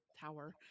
tower